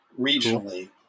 regionally